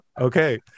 Okay